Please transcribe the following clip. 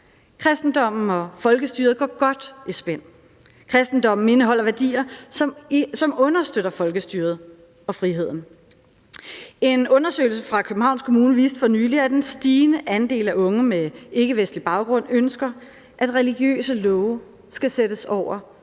Kristendommen og folkestyret går godt i spænd. Kristendommen indeholder værdier, som understøtter folkestyret og friheden. En undersøgelse fra Københavns Kommune viste for nylig, at en stigende andel af unge med ikkevestlig baggrund ønsker, at religiøse love skal sættes over